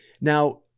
Now